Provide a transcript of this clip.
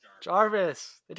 Jarvis